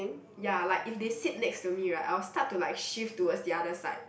ya like if they sit next to me right I will start to like shift towards the other side